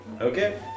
okay